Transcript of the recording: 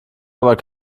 aber